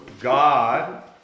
God